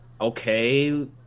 Okay